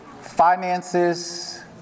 finances